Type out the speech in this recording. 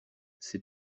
ses